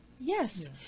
Yes